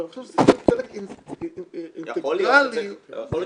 אבל אני חושב שזה חלק אינטגראלי בתוך -- יכול להיות